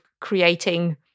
creating